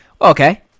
Okay